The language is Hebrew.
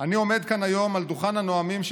אני עומד כאן היום על דוכן הנואמים של